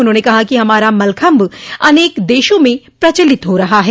उन्होंने कहा कि हमारा मलखम्ब अनेक देशों में प्रचलित हो रहा है